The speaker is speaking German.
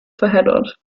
verheddert